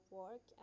work